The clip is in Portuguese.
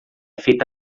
feita